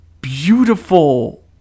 beautiful